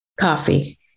coffee